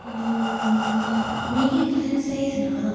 मिगी तुसें स्हेई सनाऽ ना